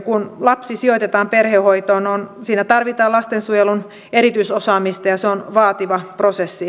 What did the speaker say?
kun lapsi sijoitetaan perhehoitoon siinä tarvitaan lastensuojelun erityisosaamista ja se on vaativa prosessi